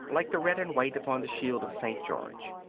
like the red and white upon the shield of st. george.